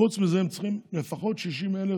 חוץ מזה הם צריכים לפחות 60,000